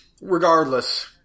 regardless